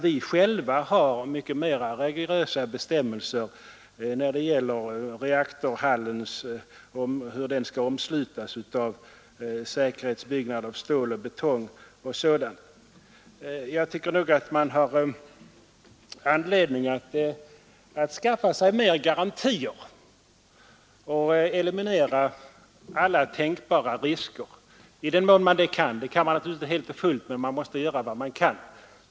Vi själva har också mycket mer rigorösa bestämmelser när det gäller reaktorhallen som hos oss måste omslutas av en säkerhetsbyggnad av stål och betong osv. Jag tycker man har anledning att skaffa sig mer garantier och eliminera alla tänkbara risker — det går naturligtvis inte helt och fullt, men man måste göra vad man kan.